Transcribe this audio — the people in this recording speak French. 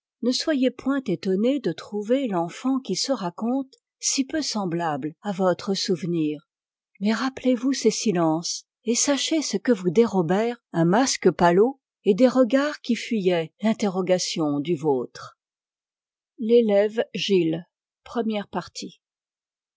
ne soyez point étonnée de trouver l'enfant qui se raconte si peu semblable à votre souvenir mais rappelez-vous ses silences et sachez ce que vous dérobèrent un masque pâlol et des regards qui fuyaient l'interrogation du vôtre l'élève gilles